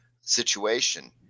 situation